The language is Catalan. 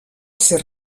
ser